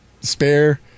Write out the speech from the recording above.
spare